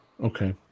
Okay